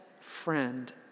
friend